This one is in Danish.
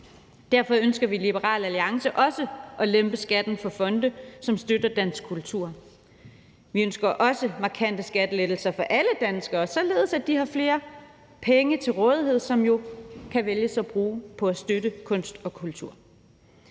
Derfor ønsker vi i Liberal Alliance også at lempe skatten for fonde, som støtter dansk kultur. Vi ønsker også markante skattelettelser for alle danskere, således at de har flere penge til rådighed, som man jo kan vælge at bruge på at støtte kunst og kultur.